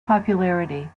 popularity